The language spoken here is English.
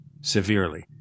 severely